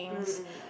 um um